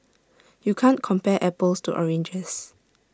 you can't compare apples to oranges